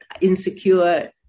insecure